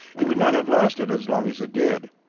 it would not have lasted as long as it did.